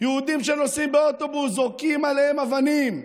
יהודים שנוסעים באוטובוס, זורקים עליהם אבנים.